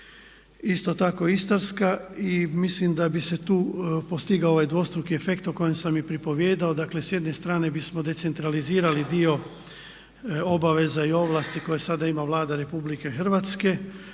isto tako Istarska i mislim da bi se tu postigao ovaj dvostruki efekt o kojem sam i pripovijedao. Dakle s jedne strane bismo decentralizirali dio obaveza i ovlasti koje sada ima Vlada Republike Hrvatske,